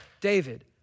David